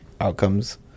outcomes